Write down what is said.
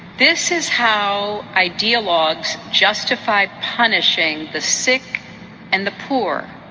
this is how ideologues justify punishing the sick and the poor,